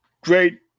great